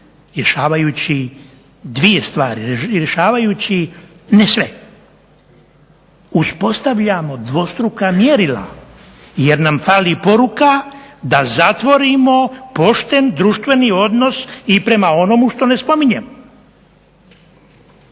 rješavajući dvije stvari, rješavajući ne sve uspostavljamo dvostruka mjerila jer nam fali poruka da zatvorimo pošten društveni odnos i prema onomu što ne spominjem.